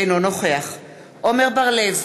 אינו נוכח עמר בר-לב,